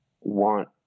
want